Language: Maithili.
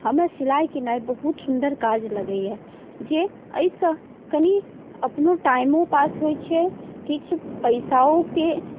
हमरा सिलाइ किनाइ बहुत सुन्दर काज लगैया जे एहिसँ कनि अपनो टाइमो पास होइ छै किछु पैसोके